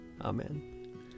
Amen